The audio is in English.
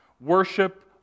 worship